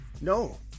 No